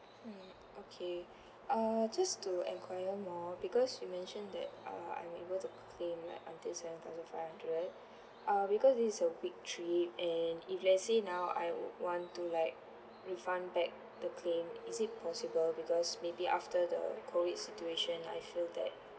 hmm okay uh just to enquire more because you mentioned that uh I am able to claim right until seven thousand five hundred uh because this is a big trip and if lets say now I would want to like refund back the claim is it possible because may be after the COVID situation I feel that